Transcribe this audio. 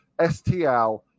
STL